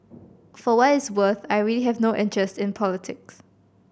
for what it is worth I really have no interest in politics